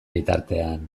bitartean